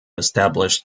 established